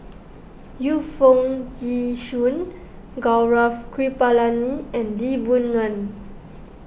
Yu Foo Yee Shoon Gaurav Kripalani and Lee Boon Ngan